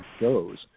goes